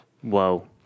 Whoa